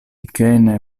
kane